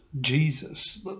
Jesus